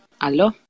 Hello